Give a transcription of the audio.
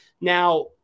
Now